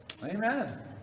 Amen